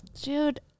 Dude